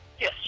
Yes